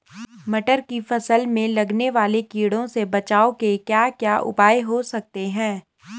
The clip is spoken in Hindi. मटर की फसल में लगने वाले कीड़ों से बचाव के क्या क्या उपाय हो सकते हैं?